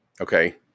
Okay